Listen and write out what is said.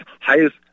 highest